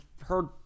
heard